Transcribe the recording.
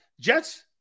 Jets